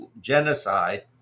genocide